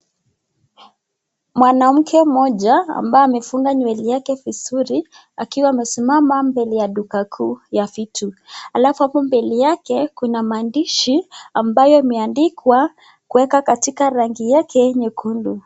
Mwanamke mmoja ambaye amefunga nywele yake vizuri akiwa amesimama mbele ya duka kuu ya vitu alafu hapo mbele yake kuna maandishi ambayo imeandikwa kuweka katika rangi yake nyekundu.